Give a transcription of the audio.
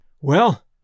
Well